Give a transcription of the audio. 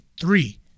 three